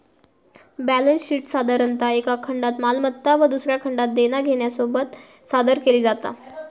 balance शीटसाधारणतः एका खंडात मालमत्ता व दुसऱ्या खंडात देना घेण्यासोबत सादर केली जाता